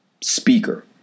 speaker